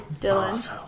Dylan